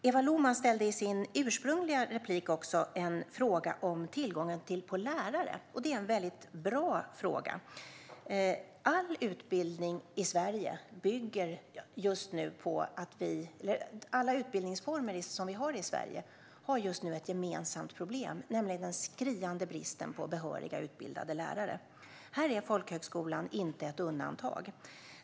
Eva Lohman ställde i sitt ursprungliga inlägg också en fråga om tillgången på lärare. Detta är en väldigt bra fråga. Alla utbildningsformer som vi har i Sverige har just nu ett gemensamt problem, nämligen en skriande brist på behöriga, utbildade lärare. Här är folkhögskolan inte ett undantag.